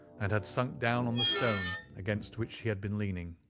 and had sunk down on the stone against which he had been leaning.